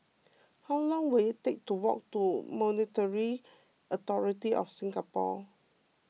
how long will it take to walk to Monetary Authority of Singapore